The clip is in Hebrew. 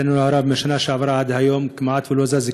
לצערנו הרב, מהשנה שעברה עד היום כמעט לא זז כלום,